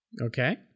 Okay